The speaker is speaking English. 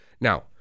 Now